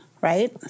right